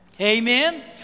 amen